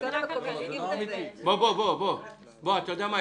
אתה יודע מה?